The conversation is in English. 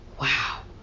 wow